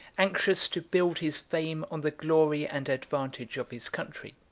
anxious to build his fame on the glory and advantage of his country.